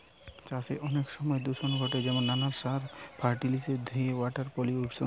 চাষে অনেক সময় দূষণ ঘটে যেমন নানান সার, ফার্টিলিসের ধুয়ে ওয়াটার পলিউশন